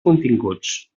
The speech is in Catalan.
continguts